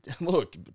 look